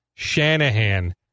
Shanahan